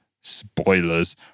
spoilers